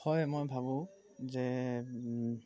হয় মই ভাবোঁ যে